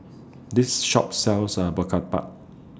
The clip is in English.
This Shop sells A Murtabak